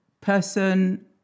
person